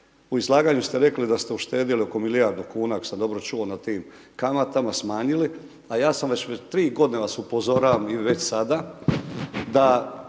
U izlaganju ste rekli da ste uštedjeli oko milijardu kuna ako sam dobro čuo na tim kamatama smanjili, a ja sam već tri godine vas upozoravam i već sada